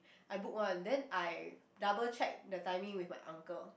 I book one then I double check the timing with my uncle